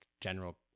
general